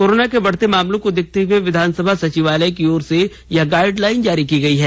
corona के बढ़ते मामलों को देखते हए विधानसभा सचिवालय की ओर से यह गाईडलाइन जारी की गई है